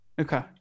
okay